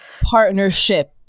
partnership